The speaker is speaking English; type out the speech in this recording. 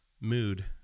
mood